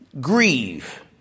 Grieve